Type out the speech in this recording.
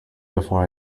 before